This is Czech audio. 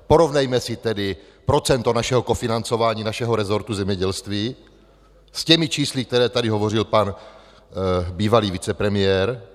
Porovnejme si tedy procento našeho kofinancování našeho resortu zemědělství s těmi čísly, která tady hovořil pan bývalý vicepremiér.